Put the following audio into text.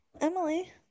Emily